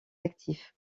actifs